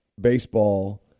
baseball